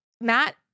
matt